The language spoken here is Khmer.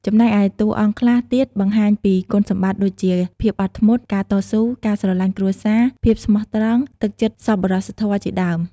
ចំណែកឯតួអង្គខ្លះទៀតបង្ហាញពីគុណសម្បត្តិដូចជា ភាពអត់ធ្មត់ ការតស៊ូ ការស្រឡាញ់គ្រួសារ ភាពស្មោះត្រង់ ទឹកចិត្តសប្បុរសធម៌ជាដើម ។